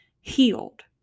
healed